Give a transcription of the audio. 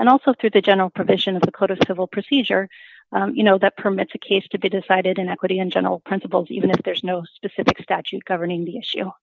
and also through the general provision of the code of civil procedure you know that permits a case to be decided in equity in general principles even if there's no specific statute governing the issue